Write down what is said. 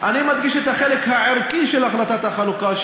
אני מדגיש את החלק הערכי של החלטת החלוקה,